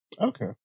Okay